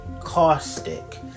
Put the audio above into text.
caustic